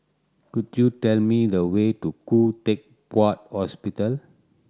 could you tell me the way to Khoo Teck Puat Hospital